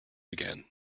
again